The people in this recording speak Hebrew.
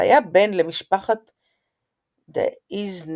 והיה בן למשפחת ד'איזיני,